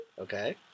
Okay